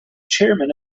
chairman